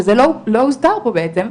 זה לא הוזכר פה בעצם,